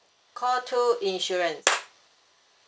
call two insurance